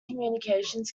communications